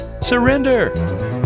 Surrender